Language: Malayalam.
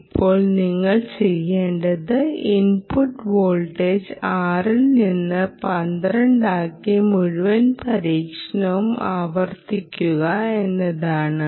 ഇപ്പോൾ നിങ്ങൾ ചെയ്യേണ്ടത് ഇൻപുട്ട് വോൾട്ടേജ് 6ൽ നിന്ന് 12 ആക്കി മുഴുവൻ പരീക്ഷണവും ആവർത്തിക്കുക എന്നതാണ്